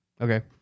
Okay